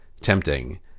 tempting